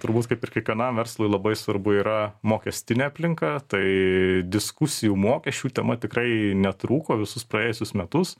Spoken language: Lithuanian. turbūt kaip ir kiekvienam verslui labai svarbu yra mokestinė aplinka tai diskusijų mokesčių tema tikrai netrūko visus praėjusius metus